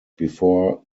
before